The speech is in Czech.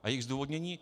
A její zdůvodnění?